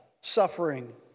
suffering